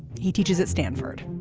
he teaches at stanford